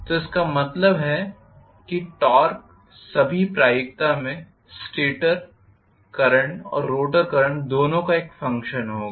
तो इसका मतलब है कि टॉर्क सभी प्रायिकता में स्टेटर करंट और रोटर करंट दोनों का एक फंक्शन होगा